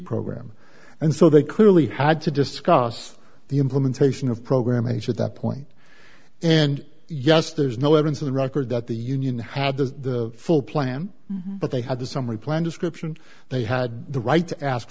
program and so they clearly had to discuss the implementation of program h at that point and yes there's no evidence in the record that the union had the full plan but they had the summary plan description they had the right to ask